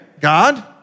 God